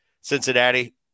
Cincinnati